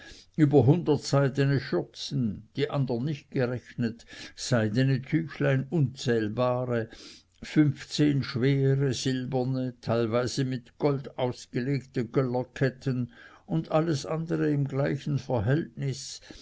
über hundert seidene schürzen die andern nicht gerechnet seidene tüchlein unzählbare fünfzehn schwere silberne teilweise mit gold ausgelegte göllerketten und alles andere in gleichem verhältnis